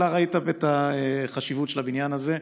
אלא ראית את החשיבות של הבניין הזה.